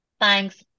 thanks